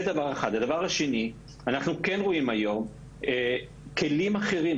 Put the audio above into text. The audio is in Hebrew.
הדבר השני: אנחנו כן רואים היום כלים אחרים,